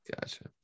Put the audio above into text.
gotcha